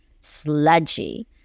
sludgy